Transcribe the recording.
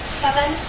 seven